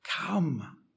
come